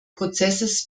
prozesses